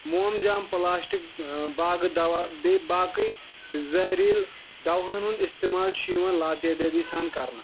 مموم جام پٔلاسٹِک باغہٕ دوا بیٚیہِ باقٕے زہریٖلہٕ دوہَن ہُنٛد اِستعمال چھُ یِوان لاتعدٲدی سان کرنہٕ